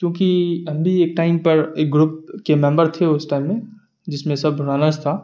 کیونکہ ہم بھی ایک ٹائم پر ایک گروپ کے ممبر تھے اس ٹائم میں جس میں سب رنرس تھا